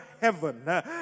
heaven